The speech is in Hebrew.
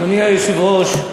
אדוני היושב-ראש,